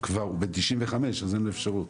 הוא כבר בן 95 אז אין לו אפשרות.